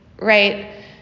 right